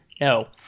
No